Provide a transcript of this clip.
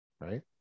Right